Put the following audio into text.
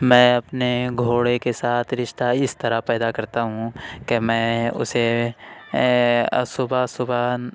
میں اپنے گھوڑے کے ساتھ رشتہ اس طرح پیدا کرتا ہوں کہ میں اسے صبح صبح